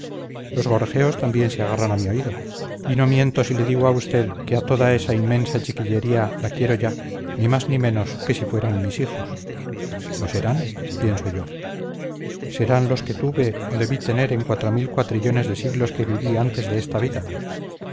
los gorjeos también se agarran a mi oído y no miento si le digo a usted que a toda esa inmensa chiquillería la quiero ya ni más ni menos que si fueran mis hijos lo serán pienso yo serán los que tuve o debí tener en cuatro mil cuatrillones de siglos que viví antes de esta vida